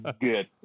good